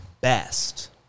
best